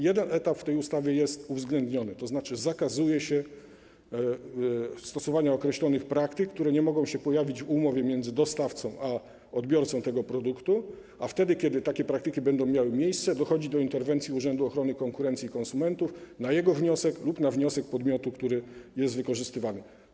Jeden etap w tej ustawie jest uwzględniony, tzn. zakazuje się stosowania określonych praktyk, które nie mogą się pojawić w umowie między dostawcą a odbiorcą tego produktu, a wtedy, kiedy takie praktyki mają miejsce, dochodzi do interwencji Urzędu Ochrony Konkurencji i Konsumentów na jego wniosek lub na wniosek podmiotu, który jest wykorzystywany.